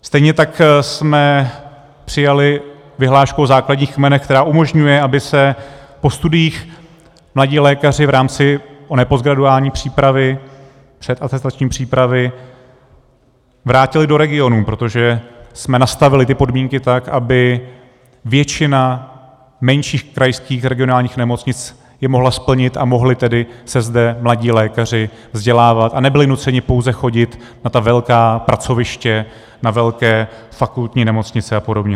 Stejně tak jsme přijali vyhlášku o základních kmenech, která umožňuje, aby se po studiích mladí lékaři v rámci postgraduální přípravy, předatestační přípravy vrátili do regionů, protože jsme nastavili ty podmínky tak, aby většina menších krajských regionálních nemocnic je mohla splnit a mohli se zde mladí lékaři vzdělávat a nebyli nuceni pouze chodit na ta velká pracoviště, na velké fakultní nemocnice apod.